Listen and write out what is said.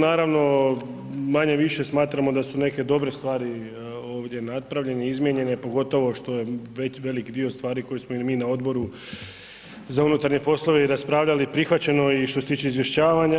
Naravno, manje-više smatramo da su neke dobre stvari ovdje napravljene, izmijenjene pogotovo što je velik dio stvari koje smo mi na Odboru za unutarnje poslove i raspravljali prihvaćeno i što se tiče